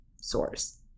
source